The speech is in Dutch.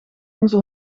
onze